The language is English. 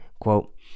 Quote